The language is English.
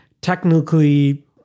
technically